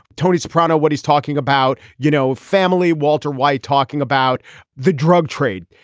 tony soprano what he's talking about you know family walter white talking about the drug trade.